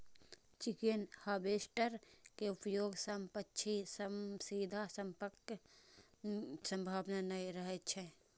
chicken harvester के उपयोग सं पक्षी सं सीधा संपर्कक संभावना नै रहै छै